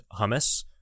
Hummus